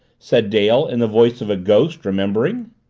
said dale in the voice of a ghost, remembering.